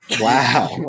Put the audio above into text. Wow